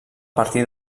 partir